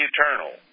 Eternal